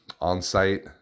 on-site